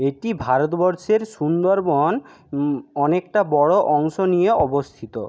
এটি ভারতবর্ষের সুন্দরবন অনেকটা বড়ো অংশ নিয়ে অবস্থিত